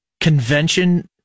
convention